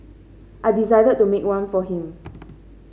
I decided to make one for him